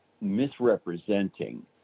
misrepresenting